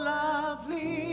lovely